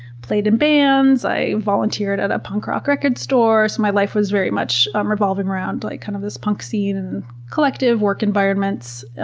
played in bands, i volunteered at a punk rock record store. so, my life was very much a um revolving around like kind of this punk scene and collective work environments.